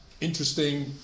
interesting